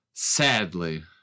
Sadly